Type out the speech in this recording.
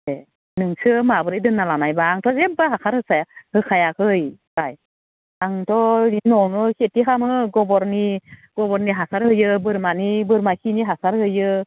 ए नोंसो माब्रै दोनना लानायबा आंथ' जेब्बो हासार होखाया होखायाखै बाय आंथ' इदिनो न'आवनो खिथि खामो गबरनि गबरनि हासार होयो बोरमानि बोरमा खिनि हासार होयो